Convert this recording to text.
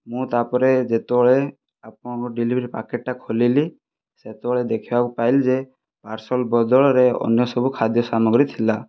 ମୁଁ ତାପରେ ଯେତେବେଳେ ଆପଣଙ୍କ ଡେଲିଭରି ପ୍ୟାକେଟଟା ଖୋଲିଲି ସେତେବେଳେ ଦେଖିବାକୁ ପାଇଲି ଯେ ପାର୍ଶଲ ବଦଳରେ ଅନ୍ୟ ସବୁ ଖାଦ୍ୟ ସାମଗ୍ରୀ ଥିଲା